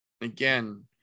again